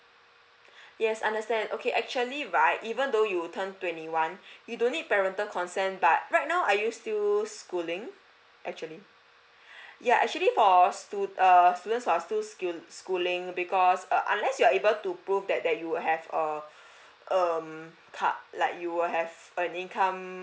yes understand okay actually right even though you turn twenty one you don't need parental consent but right now are you still schooling actually ya actually for stu~ err students who are still schoo~ schooling because err unless you're able to prove that that you have err um card like you have an income